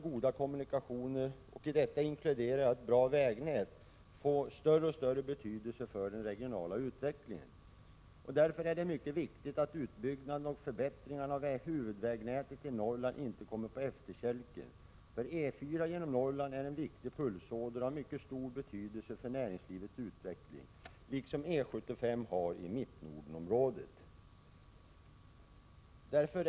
Goda kommunikationer — och i detta inkluderar jag ett bra vägnät — får därmed allt större betydelse för den regionala utvecklingen. Det är därför mycket viktigt att utbyggnaden och förbättringarna av huvudvägnätet i Norrland inte kommer på efterkälken. E 4 genom Norrland är en viktig pulsåder och har mycket stor betydelse för näringslivets utveckling, liksom E 75 i mittnordenområdet.